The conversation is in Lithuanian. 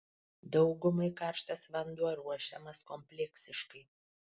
daugumai karštas vanduo ruošiamas kompleksiškai